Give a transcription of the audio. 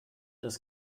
ist